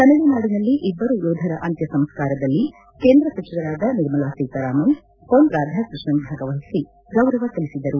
ತಮಿಳುನಾಡಿನಲ್ಲಿ ಇಬ್ಬರು ಯೋಧರ ಅಂತ್ಯ ಸಂಸ್ಕಾರದಲ್ಲಿ ಕೇಂದ್ರ ಸಚಿವರಾದ ನಿರ್ಮಲಾ ಸೀತಾರಾಮನ್ ಪೊನ್ ರಾಧಾಕೃಷ್ಣನ್ ಭಾಗವಹಿಸಿ ಗೌರವ ಸಲ್ಲಿಸಿದರು